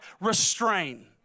restrain